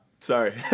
Sorry